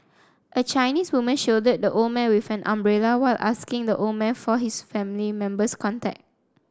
a Chinese woman shielded the old man with an umbrella while asking the old man for his family member's contact